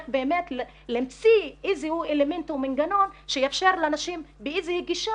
באמת להמציא איזה שהוא אלמנט או מנגנון שיאפשר לנשים באיזה שהיא גישה